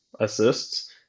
assists